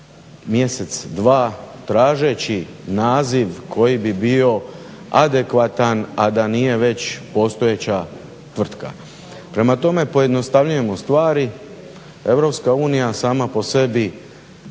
mjesec, dva tražeći naziv koji bi bio adekvatan a da nije već postojeća tvrtka. Prema tome, pojednostavljujemo stvari, Europska unija sama po sebi